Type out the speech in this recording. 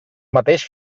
mateix